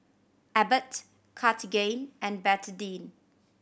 Abbott Cartigain and Betadine